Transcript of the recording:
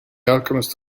alchemist